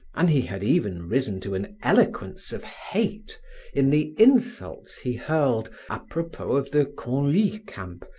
and he had even risen to an eloquence of hate in the insults he hurled, apropos of the conlie camp,